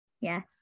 Yes